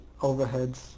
Overheads